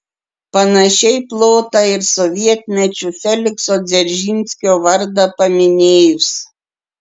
panašiai plota ir sovietmečiu felikso dzeržinskio vardą paminėjus